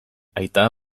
aita